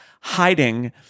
hiding